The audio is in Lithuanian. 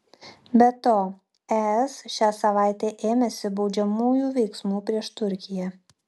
be to es šią savaitę ėmėsi baudžiamųjų veiksmų prieš turkiją